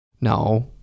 No